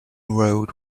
road